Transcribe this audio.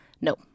No